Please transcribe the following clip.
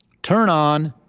turn on,